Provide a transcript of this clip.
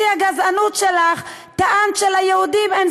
בשיא הגזענות שלך טענת שליהודים אין